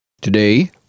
Today